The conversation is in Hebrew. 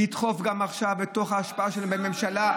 לדחוף גם עכשיו בתוך ההשפעה של הממשלה,